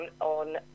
on